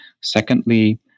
Secondly